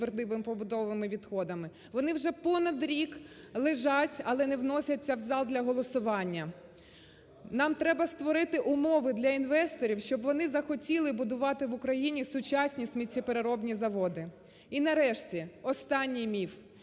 Вони вже понад рік лежать, але не вносяться в зал для голосування. Нам треба створити умови для інвесторів, щоб вони захотіли будувати в Україні сучасні сміттєпереробні заводи. І нарешті останній міф,